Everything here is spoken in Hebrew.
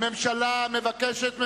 הממשלה מבקשת ממני,